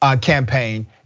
campaign